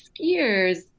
skiers